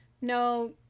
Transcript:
No